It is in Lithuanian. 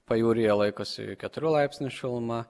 pajūryje laikosi keturių laipsnių šiluma